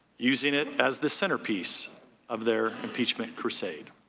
using it as the centerpiece of their impeachment crusade.